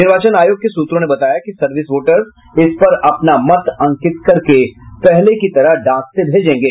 निर्वाचन आयोग के सूत्रों ने बताया कि सर्विस वोटर्स इस पर अपना मत अंकित करके पहले की तरह डाक से भेंजेगे